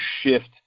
shift